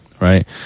Right